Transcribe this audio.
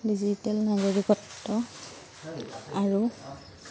digital নাগৰিকত্ব আৰু